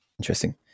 Interesting